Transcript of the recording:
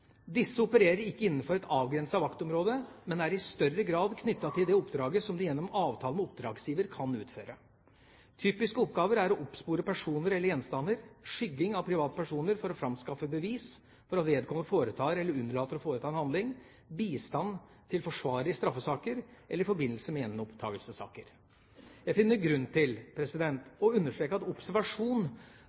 Disse opererer ikke innenfor et avgrenset vaktområde, men er i større grad knyttet til det oppdraget som de gjennom avtale med oppdragsgiver kan utføre. Typiske oppgaver er å oppspore personer eller gjenstander, skygging av private personer for å framskaffe bevis for at vedkommende foretar eller unnlater å foreta en handling, bistand til forsvarer i straffesaker eller i forbindelse med gjenopptakelsessaker. Jeg finner grunn til å understreke at observasjon,